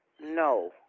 no